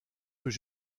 peut